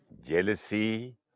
Jealousy